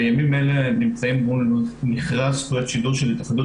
בימים אלה אנחנו נמצאים מול מכרז זכויות שידור של ההתאחדות